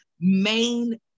main